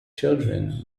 children